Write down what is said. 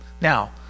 now